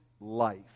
life